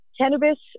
Cannabis